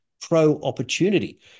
pro-opportunity